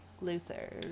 Luther